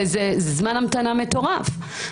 זה זמן המתנה מטורף.